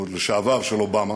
או לשעבר, של אובמה